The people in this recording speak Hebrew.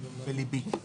בליבי.